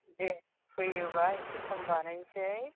दे फैयोबा एसे खम बानायनोसै